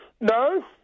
No